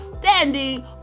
standing